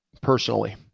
personally